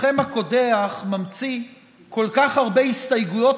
מוחכם הקודח ממציא כל כך הרבה הסתייגויות